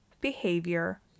behavior